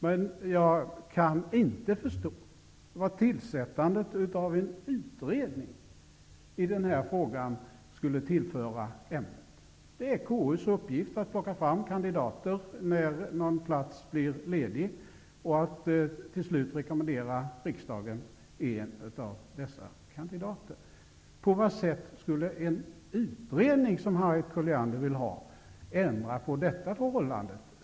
Jag kan emellertid inte förstå vad tillsättandet av en utredning i den frågan skulle tillföra ämnet. Det är KU:s uppgift att plocka fram kandidater, när plats blir ledig, och slutligen rekommendera riksdagen en av dessa kandidater. På vad sätt skulle en utredning, som Harriet Colliander vill ha, ändra på detta förhållande?